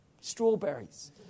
strawberries